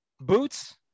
Boots